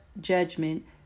judgment